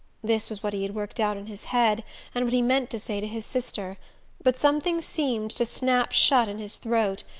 this was what he had worked out in his head, and what he meant to say to his sister but something seemed to snap shut in his throat,